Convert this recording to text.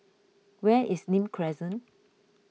where is Nim Crescent